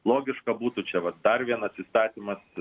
logiška būtų čia vat dar vienas įstatymas